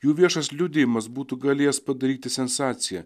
jų viešas liudijimas būtų galėjęs padaryti sensaciją